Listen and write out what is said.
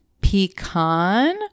pecan